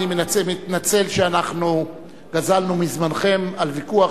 אני מתנצל שאנחנו גזלנו מזמנכם על ויכוח